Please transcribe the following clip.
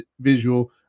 visual